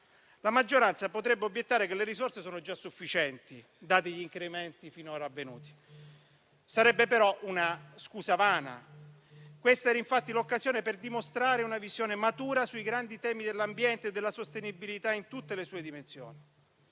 La maggioranza potrebbe obiettare che le risorse sono già sufficienti, dati gli incrementi finora avvenuti. Sarebbe, però, una scusa vana. Questa era, infatti, l'occasione per dimostrare una visione matura sui grandi temi dell'ambiente e della sostenibilità in tutte le sue dimensioni.